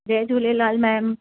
Jay Jhulelal ma'am